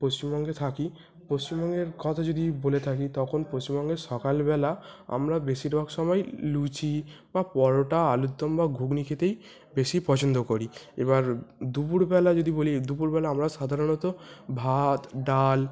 পশ্চিমবঙ্গে থাকি পশ্চিমবঙ্গের কথা যদি বলে থাকি তখন পশ্চিমবঙ্গের সকাল বেলা আমরা বেশিরভাগ সময়ই লুচি বা পরোটা আলুর দম বা ঘুগনি খেতেই বেশি পছন্দ করি এবার দুপুরবেলা যদি বলি দুপুরবেলা আমরা সাধারণত ভাত ডাল